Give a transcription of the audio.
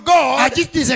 God